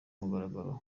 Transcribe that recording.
mugaragaro